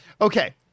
Okay